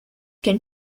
can